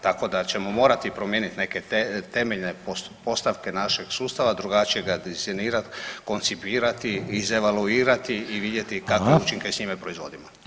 Tako da ćemo morati promijeniti neke temeljne postavke našeg sustava, drugačije ga dizajnirati, koncipirati, izevaluirati i vidjeti kakve učinke s njime proizvodimo.